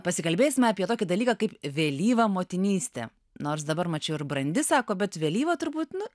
pasikalbėsime apie tokį dalyką kaip vėlyva motinystė nors dabar mačiau ir brandi sako bet vėlyvą turbūt nuo